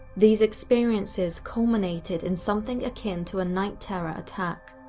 these experiences culminated in something akin to a night terror attack,